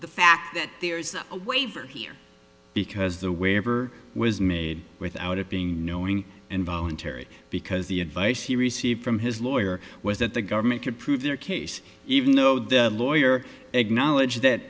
the fact that there is a waiver here because the where ever was made without it being involuntary because the advice he received from his lawyer was that the government could prove their case even though the lawyer acknowledged that